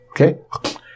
Okay